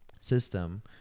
system